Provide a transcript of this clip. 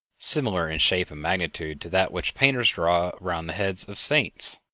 similar in shape and magnitude to that which painters draw round the heads of saints.